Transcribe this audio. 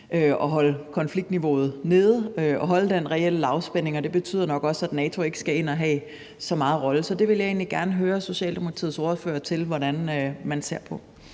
at holde konfliktniveauet nede og holde den reelle lavspænding. Det betyder nok også, at NATO ikke så meget skal ind at have en rolle. Så det vil jeg egentlig gerne spørge Socialdemokratiets ordfører om hvordan man ser på.